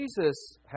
Jesus